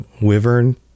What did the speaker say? wyvern